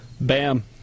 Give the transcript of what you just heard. Bam